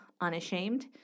unashamed